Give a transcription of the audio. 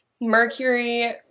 Mercury